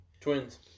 Twins